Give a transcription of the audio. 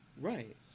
Right